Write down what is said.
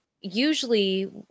usually